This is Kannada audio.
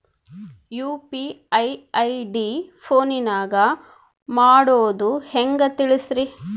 ಯು.ಪಿ.ಐ ಐ.ಡಿ ಫೋನಿನಾಗ ಮಾಡೋದು ಹೆಂಗ ತಿಳಿಸ್ರಿ?